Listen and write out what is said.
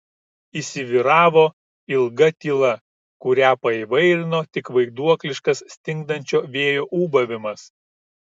įsivyravo ilga tyla kurią paįvairino tik vaiduokliškas stingdančio vėjo ūbavimas